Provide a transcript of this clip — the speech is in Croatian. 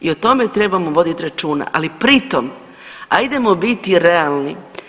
I o tome trebamo voditi računa, ali pri tom ajdemo biti realni.